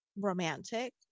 romantic